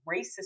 racist